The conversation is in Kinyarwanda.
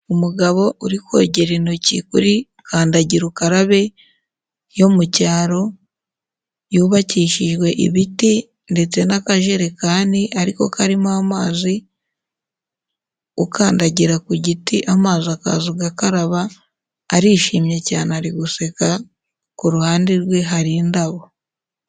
Umugabo uri kogera intoki kuri kandagira ukarabe yo mu cyaro, yubakishijwe ibiti ndetse n'akajerekani ari ko karimo amazi, ukandagira ku giti amazi akaza ugakaraba, arishimye cyane ari guseka, ku ruhande rwe hari indabo.